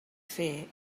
fer